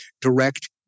direct